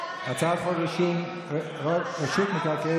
על הצעה של חבר הכנסת אלי דלל,